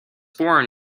born